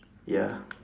ya